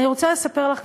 אני רוצה לספר לך,